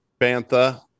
bantha